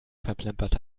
verplempert